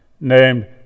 named